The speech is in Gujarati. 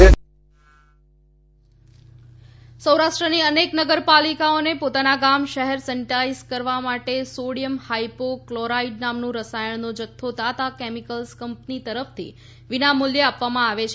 સેનેટાઇઝ નગરપાલિકા સૌરાષ્ટ્રની અનેક નગરપાલિકાઓને પોતાના ગામ શહેર સેનીટાઇઝ કરવા માટે સોડિયમ હાઇપો કલોરાઇડ નામનું રસાયણનો જથ્થો તાતા કેમીકલ્સ કંપની તરફથી વિના મુલ્ચે આપવામાં આવે છે